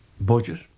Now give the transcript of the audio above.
budget